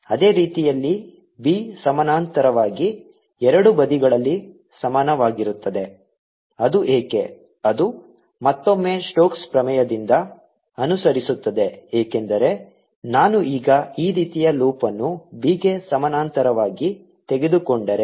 ಅದೇ ರೀತಿಯಲ್ಲಿ b ಸಮಾನಾಂತರವಾಗಿ ಎರಡೂ ಬದಿಗಳಲ್ಲಿ ಸಮಾನವಾಗಿರುತ್ತದೆ ಅದು ಏಕೆ ಅದು ಮತ್ತೊಮ್ಮೆ ಸ್ಟೋಕ್ಸ್ ಪ್ರಮೇಯದಿಂದ ಅನುಸರಿಸುತ್ತದೆ ಏಕೆಂದರೆ ನಾನು ಈಗ ಈ ರೀತಿಯ ಲೂಪ್ ಅನ್ನು b ಗೆ ಸಮಾನಾಂತರವಾಗಿ ತೆಗೆದುಕೊಂಡರೆ